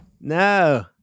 No